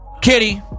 Kitty